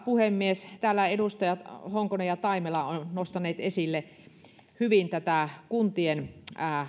puhemies täällä edustajat honkonen ja taimela ovat nostaneet esille hyvin kuntien